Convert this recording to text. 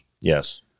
Yes